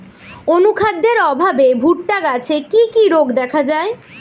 অনুখাদ্যের অভাবে ভুট্টা গাছে কি কি রোগ দেখা যায়?